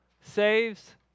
saves